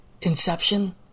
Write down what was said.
Inception